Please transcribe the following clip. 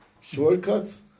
shortcuts